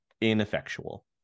ineffectual